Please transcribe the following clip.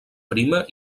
prima